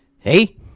Hey